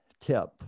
tip